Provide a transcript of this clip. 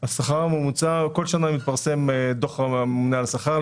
השכר הממוצע, כל שנה מתפרסם דוח הממונה על השכר.